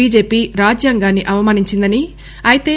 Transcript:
BJP రాజ్యాంగాన్సి అవమానించిందని అయితే